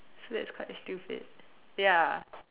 so that's quite stupid ya